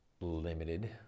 limited